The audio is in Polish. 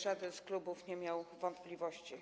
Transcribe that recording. Żaden z klubów nie miał wątpliwości.